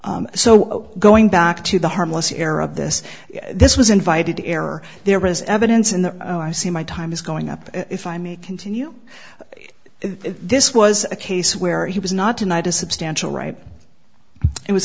so going back to the harmless error of this this was invited error there was evidence in the oh i see my time is going up if i may continue this was a case where he was not tonight a substantial right it was